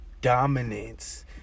dominance